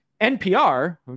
NPR